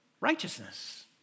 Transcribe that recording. righteousness